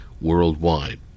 worldwide